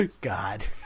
God